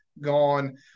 gone